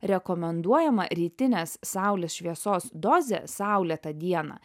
rekomenduojama rytinės saulės šviesos dozė saulėtą dieną